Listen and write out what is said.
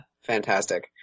Fantastic